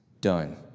done